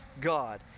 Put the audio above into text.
God